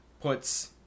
puts